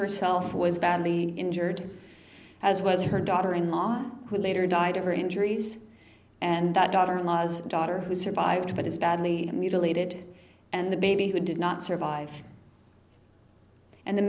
herself was badly injured as was her daughter in law who later died of her injuries and the daughter in law's daughter who survived but is badly mutilated and the baby who did not survive and the